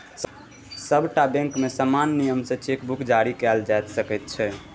सभटा बैंकमे समान नियम सँ चेक बुक जारी कएल जा सकैत छै